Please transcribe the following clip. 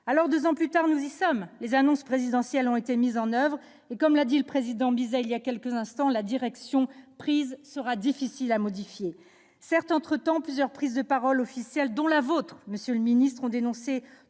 ». Deux ans plus tard, nous y sommes. Les annonces présidentielles ont été mises en oeuvre. Et, comme l'a dit Jean Bizet il y a quelques instants, la direction prise sera difficile à modifier. Certes, entre-temps, plusieurs prises de paroles officielles, dont la vôtre, monsieur le ministre, ont dénoncé